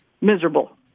miserable